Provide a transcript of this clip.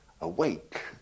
Awake